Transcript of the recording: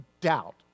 doubt